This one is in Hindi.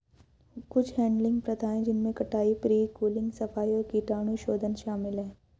कुछ हैडलिंग प्रथाएं जिनमें कटाई, प्री कूलिंग, सफाई और कीटाणुशोधन शामिल है